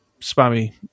spammy